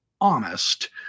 honest